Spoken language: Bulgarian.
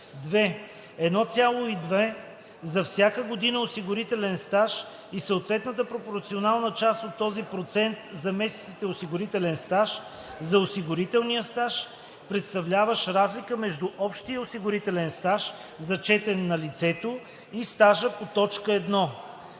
2. 1,2 за всяка година осигурителен стаж и съответната пропорционална част от този процент за месеците осигурителен стаж – за осигурителния стаж, представляващ разлика между общия осигурителен стаж, зачетен на лицето, и стажа по т. 1.“